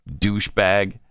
douchebag